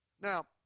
Now